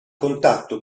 contatto